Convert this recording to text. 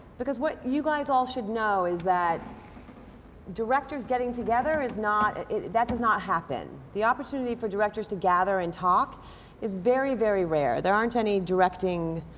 because what you guys all should know is that directors getting together is not that does not happen. the opportunity for directors to gather and talk is very, very rare. there aren't any directing,